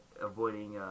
Avoiding